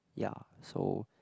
ya so